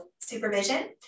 supervision